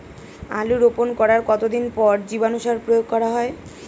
আলু রোপণ করার কতদিন পর জীবাণু সার প্রয়োগ করা হয়?